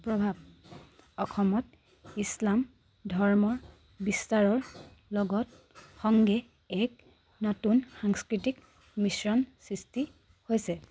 প্ৰভাৱ অসমত ইছলাম ধৰ্মৰ বিস্তাৰৰ লগত সংগে এক নতুন সাংস্কৃতিক মিশ্ৰণ সৃষ্টি হৈছে